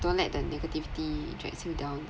don't let the negativity drags you down